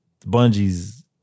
Bungie's